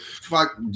fuck